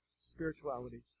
spirituality